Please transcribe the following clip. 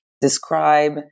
describe